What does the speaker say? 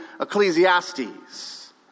Ecclesiastes